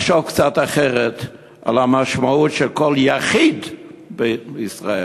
לחשוב קצת אחרת על המשמעות של כל יחיד בישראל.